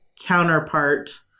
counterpart